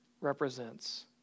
represents